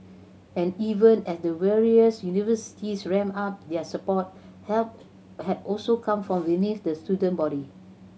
and even as the various universities ramp up their support help has also come from within the student body